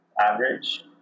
Average